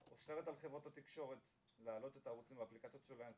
אוסרת על חברות התקשורת להעלות את הערוצים באפליקציות שלהן,